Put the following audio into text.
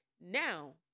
Now